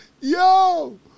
yo